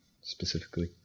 specifically